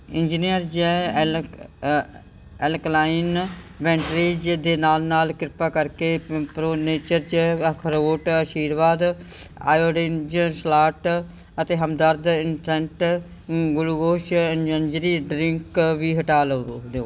ਇੰਨਜ਼ੀਨੀਅਜ਼ਰ ਐਲਕਾ alkaline batteries ਦੇ ਨਾਲ ਨਾਲ ਕ੍ਰਿਪਾ ਕਰਕੇ ਪ੍ਰੋ ਨੇਚਰ 'ਚ ਅਖਰੋਟ ਆਸ਼ੀਰਵਾਦ ਆਇਓਡੀਨਜ਼ ਸਾਲਟ ਅਤੇ ਹਮਦਰਦ ਇੰਸਟੈਂਟ ਗਲੂਕੋਜ਼ ਐਨਜਰੀ ਡਰਿੰਕ ਵੀ ਹਟਾ ਲਵੋ ਦਿਓ